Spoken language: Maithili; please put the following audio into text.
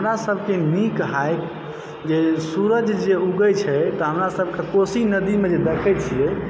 हमरासभके नीक है जे सूरज जे उगैत छै तऽ हमरासभके कोशी नदीमे जे देखैत छियै